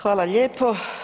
Hvala lijepo.